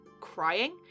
Crying